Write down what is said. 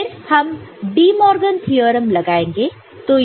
फिर हम De Morgan theorem लगाएंगे